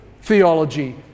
theology